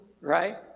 right